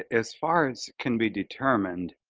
as far as can be determined,